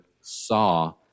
Saw